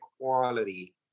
quality